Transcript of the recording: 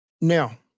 Now